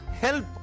help